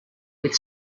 with